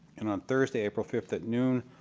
and on thursday, april five at noon,